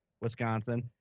Wisconsin